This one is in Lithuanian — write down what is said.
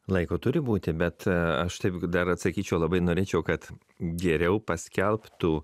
laiko turi būti bet aš tai dar atsakyčiau labai norėčiau kad geriau paskelbtų